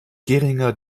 geringer